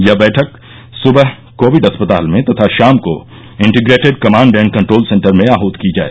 यह बैठक सुबह कोविड अस्पताल में तथा शाम को integrated command and control centre में आहृत की जाए